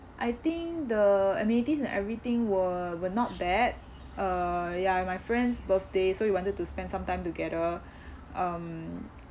I think the amenities and everything were were not bad uh ya and my friend's birthday so we wanted to spend some time together um